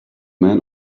men